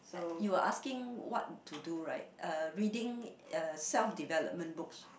you are asking what to do right uh reading uh self development books